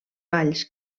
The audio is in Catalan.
valls